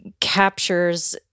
captures